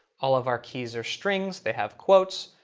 all of our keys are strings. they have quotes.